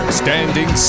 standing